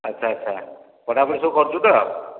ଆଚ୍ଛା ଆଚ୍ଛା ପଢ଼ା ପଢ଼ି ସବୁ କରୁଛୁ ତ